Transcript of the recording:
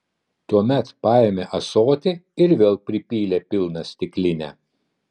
tuomet paėmė ąsotį ir vėl pripylė pilną stiklinę